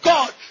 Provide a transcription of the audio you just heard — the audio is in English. God